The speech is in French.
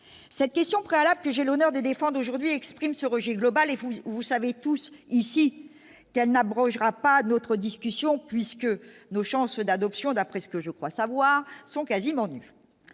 cette question préalable que j'ai l'honneur de défendre aujourd'hui expriment ce rejet global et vous, vous savez tous ici qu'elle n'abrogera pas d'autres discussions puisque nos chances d'adoption, d'après ce que je crois savoir sont quasiment du